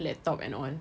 laptop and all